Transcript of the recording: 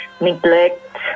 neglect